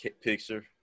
picture